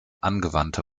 angewandte